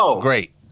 Great